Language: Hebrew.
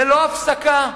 ללא הפסקה,